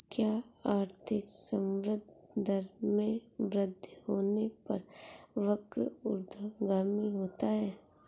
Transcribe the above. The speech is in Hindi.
क्या आर्थिक संवृद्धि दर में वृद्धि होने पर वक्र ऊर्ध्वगामी होता है?